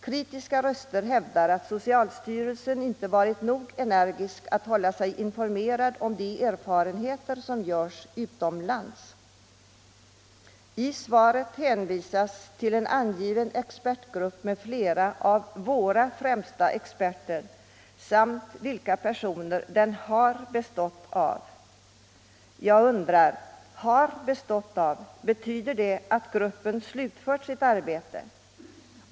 Kritiska röster hävdar att socialstyrelsen inte varit nog energisk då det gällt att hålla sig informerad om de erfarenheter som görs utomlands. I svaret hänvisas till en ”expertgrupp med flera av våra allra främsta medicinska företrädare”. Statsrådet räknar upp vilka experter som gruppen ”har bestått av”. Jag undrar, om detta ”har bestått av” betyder att gruppen slutfört sitt arbete.